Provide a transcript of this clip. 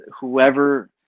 whoever